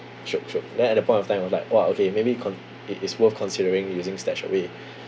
syiok syiok then at the point of time I was like !wah! okay maybe con~ it is worth considering using S